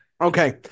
Okay